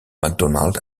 macdonald